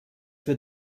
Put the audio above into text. für